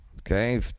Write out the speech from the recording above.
okay